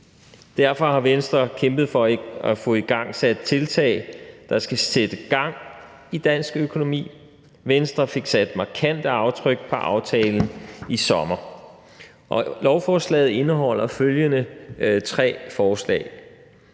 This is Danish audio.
Derfor har Venstre kæmpet for at få igangsat tiltag, der skal sætte gang i dansk økonomi. Venstre fik sat markante aftryk på aftalen i sommer, og lovforslaget indeholder følgende tre forslag.